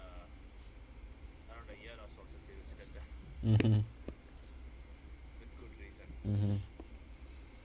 mmhmm mmhmm